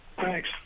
Thanks